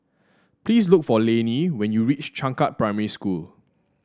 please look for Lanie when you reach Changkat Primary School